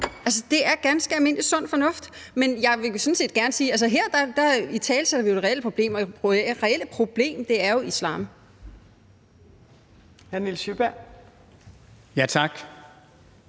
Det er ganske almindelig sund fornuft. Men jeg vil gerne sige, at vi her italesætter et reelt problem, og det reelle problem er jo islam.